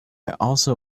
also